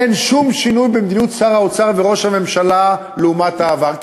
אין שום שינוי במדיניות שר האוצר וראש הממשלה לעומת העבר.